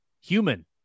human